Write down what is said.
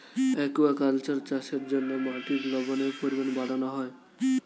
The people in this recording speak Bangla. অ্যাকুয়াকালচার চাষের জন্য মাটির লবণের পরিমাণ বাড়ানো হয়